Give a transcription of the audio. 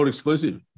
Exclusive